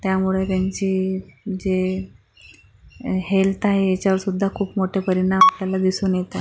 त्यामुळे त्यांची जी हेल्थ आहे याच्यावरसुद्धा खूप मोठे परिणाम त्यांना दिसून येतात